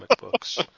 books